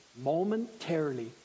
momentarily